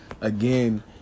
Again